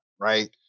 Right